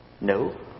No